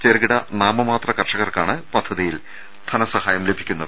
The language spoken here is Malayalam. ചെറുകിട നാമമാത്ര കർഷകർക്കാണ് പദ്ധതിയിൽ ധനസഹായം ലഭി ക്കുന്നത്